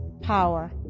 power